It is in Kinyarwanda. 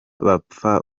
bapfa